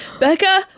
Becca